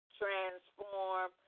transform